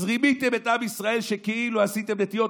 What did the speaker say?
אז רימיתם את עם ישראל שכאילו עשיתם נטיעות,